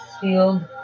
field